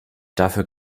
dafür